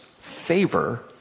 favor